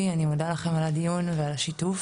ושאני מודה לכם על הדיון ועל השיתוף.